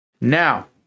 Now